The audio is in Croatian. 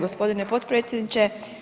g. potpredsjedniče.